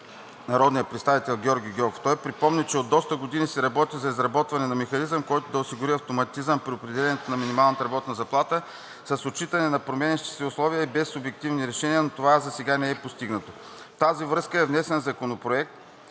народният представител Георги Гьоков. Той припомни, че от доста години се работи за изработване на механизъм, който да осигури автоматизъм при определянето на минималната работна заплата с отчитане на променящите се условия и без субективни решения, но това засега не е постигнато. В тази връзка е внесен Законопроектът,